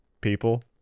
people